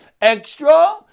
extra